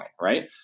Right